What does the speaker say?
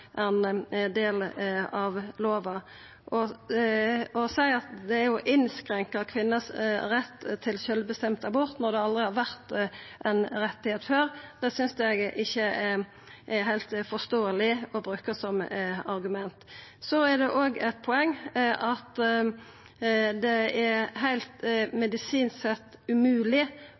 ein del av lova. Å seia at det er å innskrenka kvinner sin rett til sjølvbestemd abort når det aldri har vore ein rett før, synest eg ikkje er heilt forståeleg å bruka som argument. Så er det òg eit poeng at det medisinsk sett er heilt